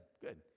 good